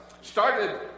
started